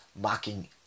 mocking